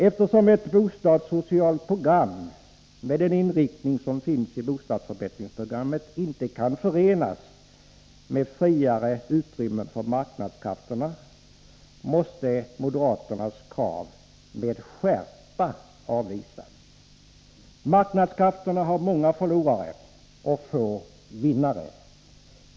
Eftersom ett | bostadssocialt program med den inriktning som finns i bostadsförbättrings I programmet inte kan förenas med större utrymme för marknadskrafterna, måste moderaternas krav med skärpa avvisas. Marknadskrafterna har många förlorare och få vinnare.